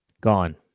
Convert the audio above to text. Gone